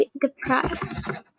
depressed